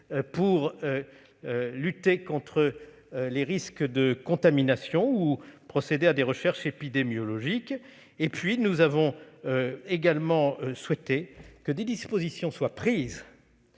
pour lutter contre les risques de contamination ou procéder à des recherches épidémiologiques. Nous avons également souhaité que des dispositions soient prises